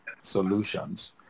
solutions